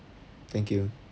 thank you